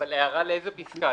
אבל הערה לאיזו פסקה?